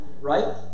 right